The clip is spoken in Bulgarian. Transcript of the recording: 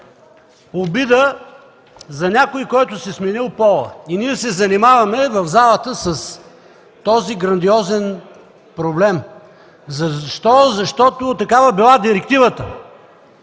Обида за някой, който си сменил пола. Ние в залата се занимаваме с този грандиозен проблем. Защо? Защото такава била директивата